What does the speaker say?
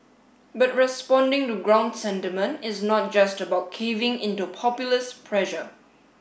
but responding to ground sentiment is not just about caving into populist pressure